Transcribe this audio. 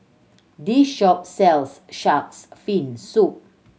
this shop sells Shark's Fin Soup